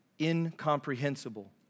incomprehensible